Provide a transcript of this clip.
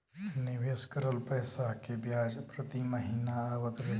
निवेश करल पैसा के ब्याज प्रति महीना आवत रही?